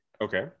okay